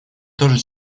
тоже